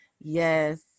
Yes